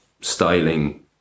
styling